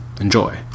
Enjoy